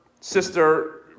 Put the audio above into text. sister